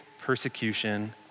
persecution